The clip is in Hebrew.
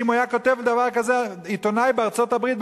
ואם היה כותב דבר כזה עיתונאי בארצות-הברית,